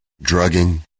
drugging